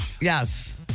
Yes